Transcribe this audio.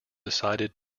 decided